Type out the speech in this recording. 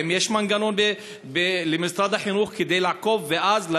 האם יש מנגנון למשרד החינוך כדי לעקוב, ואז לדעת,